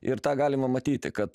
ir tą galima matyti kad